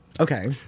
Okay